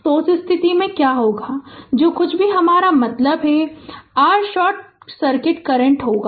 तो उस स्थिति में यह क्या होगा जो कुछ भी हमारा मतलब है कि जो कुछ भी r शॉर्ट सर्किट करंट होगा